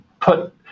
put –